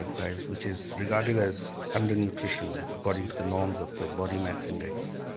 and five which is regarded as under-nutrition according to the norms of the body mass index.